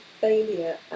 failure